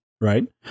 right